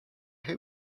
hope